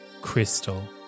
crystal